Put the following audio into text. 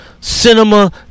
cinema